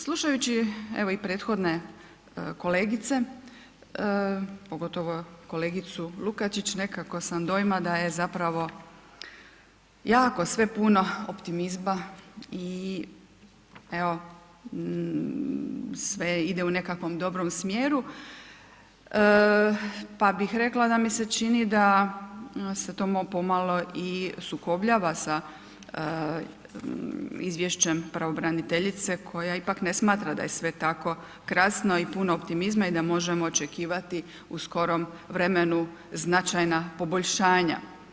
Slušajući ili i prethodne kolegice, pogotovo kolegicu Lukačić nekako sam dojma da je zapravo jako sve puno optimizma i evo sve ide u nekakvom dobrom smjeru, pa bih rekla da mi se čini da se to malo pomalo i sukobljava sa izvješće pravobraniteljice koja ipak ne smatra da je sve tako krasno i puno optimizma i da možemo očekivati u skorom vremenu značajna poboljšanja.